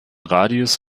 radius